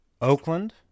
Oakland